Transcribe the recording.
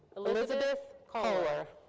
elizabeth kohler.